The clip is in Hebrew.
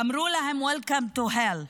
ואמרו להם: Welcome to hell.